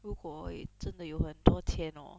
如果真的有很多钱 hor